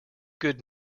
good